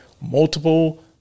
multiple